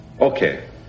Okay